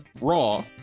Raw